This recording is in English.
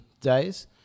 days